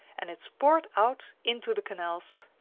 and it is poured out into the canals.